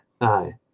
aye